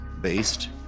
based